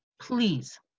Please